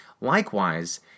Likewise